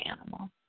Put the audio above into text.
animal